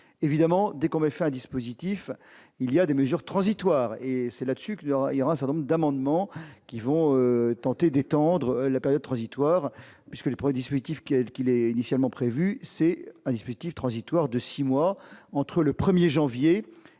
évidemment des combats fin dispositif il y a des mesures transitoires et c'est là-dessus qu'il y aura, il y aura, nombre d'amendements qui vont tenter d'étendre la période transitoire puisque les prêts dispositif qu'il est initialement prévu, c'est à 18 il transitoire de 6 mois entre le 1er janvier et le 30 juin